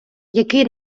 який